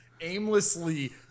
aimlessly